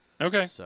Okay